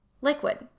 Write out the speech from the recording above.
liquid